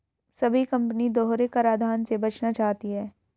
सभी कंपनी दोहरे कराधान से बचना चाहती है